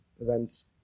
events